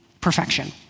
perfection